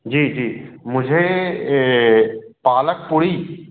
जी जी मुझे पालक पुरी